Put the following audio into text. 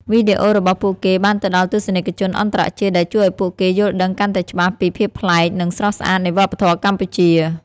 វីដេអូរបស់ពួកគេបានទៅដល់ទស្សនិកជនអន្តរជាតិ ដែលជួយឲ្យពួកគេយល់ដឹងកាន់តែច្បាស់ពីភាពប្លែក និងស្រស់ស្អាតនៃវប្បធម៌កម្ពុជា។